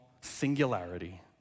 singularity